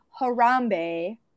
Harambe